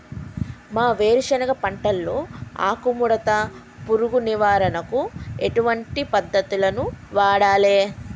మా వేరుశెనగ పంటలో ఆకుముడత పురుగు నివారణకు ఎటువంటి పద్దతులను వాడాలే?